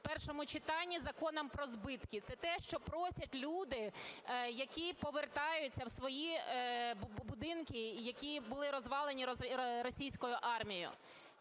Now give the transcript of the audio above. першому читанні, Законом про збитки. Це те, що просять люди, які повертаються в свої будинки і які були розвалені російською армією.